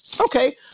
okay